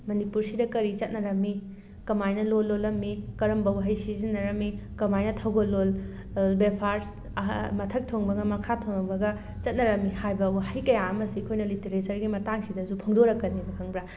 ꯃꯅꯤꯄꯨꯔꯁꯤꯗ ꯀꯔꯤ ꯆꯠꯅꯔꯝꯃꯤ ꯀꯃꯥꯏꯅ ꯂꯣꯜ ꯂꯣꯜꯂꯝꯃꯤ ꯀꯔꯝꯕ ꯋꯥꯍꯩ ꯁꯤꯖꯤꯟꯅꯔꯝꯃꯤ ꯀꯃꯥꯏꯅ ꯊꯧꯒꯜꯂꯣꯟ ꯕꯦꯕꯥꯔ ꯃꯊꯛ ꯊꯣꯡꯕꯒ ꯃꯈꯥ ꯊꯪꯕꯒ ꯆꯠꯅꯔꯝꯃꯤ ꯍꯥꯏꯕ ꯋꯥꯍꯩ ꯀꯌꯥ ꯑꯃꯁꯤ ꯑꯩꯈꯣꯏꯅ ꯂꯤꯇꯔꯦꯆꯔꯒꯤ ꯃꯇꯥꯡꯁꯤꯗꯁꯨ ꯐꯣꯡꯗꯣꯔꯛꯀꯅꯦꯕ ꯈꯪꯕ꯭ꯔꯥ